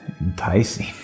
enticing